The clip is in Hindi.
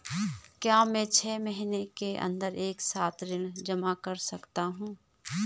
क्या मैं छः महीने के अन्दर एक साथ ऋण जमा कर सकता हूँ?